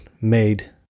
made